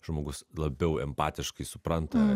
žmogus labiau empatiškai supranta